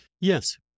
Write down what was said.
Yes